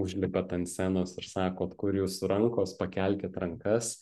užlipat ant scenos ir sakot kur jūsų rankos pakelkit rankas